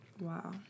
Wow